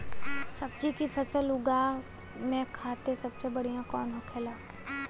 सब्जी की फसल उगा में खाते सबसे बढ़ियां कौन होखेला?